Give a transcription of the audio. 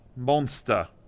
monster.